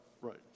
right